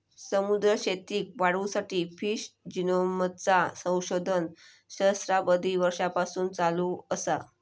समुद्री शेतीक वाढवुसाठी फिश जिनोमचा संशोधन सहस्त्राबधी वर्षांपासून चालू असा